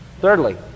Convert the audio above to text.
Thirdly